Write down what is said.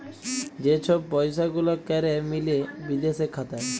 যে ছব পইসা গুলা ক্যরে মিলে বিদেশে খাতায়